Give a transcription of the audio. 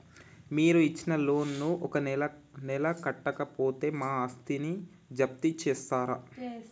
మీరు ఇచ్చిన లోన్ ను ఒక నెల కట్టకపోతే మా ఆస్తిని జప్తు చేస్తరా?